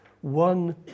one